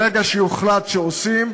ברגע שיוחלט שעושים,